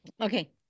okay